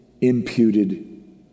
imputed